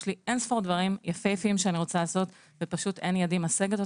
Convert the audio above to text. יש לי אין ספור דברים יפהפיים שאני רוצה לעשות אבל פשוט אין ידי משגת.